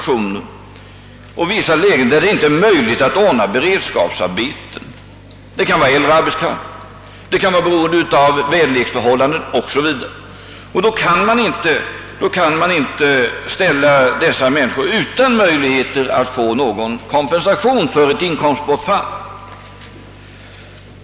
I vissa lägen är det nämligen omöjligt att ordna beredskapsarbeten. Det kan bero på att det gäller äldre arbetskraft, det kan bero på väderleksförhållanden o. s. v. Man kan inte ställa de människor som drabbas utan möjlighet till kompensation för inkomstbortfall.